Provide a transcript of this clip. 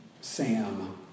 Sam